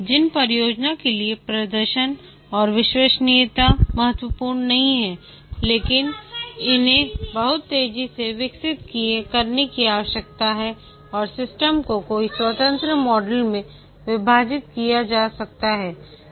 जिन परियोजनाओं के लिए प्रदर्शन और विश्वसनीयता महत्वपूर्ण नहीं है लेकिन इन्हें बहुत तेजी से विकसित करने की आवश्यकता है और सिस्टम को कई स्वतंत्र मॉडल में विभाजित किया जा सकता है